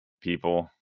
people